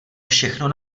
všechno